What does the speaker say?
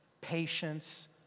patience